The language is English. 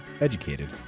educated